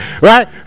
right